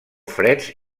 freds